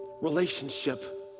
relationship